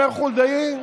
אומר חולדאי: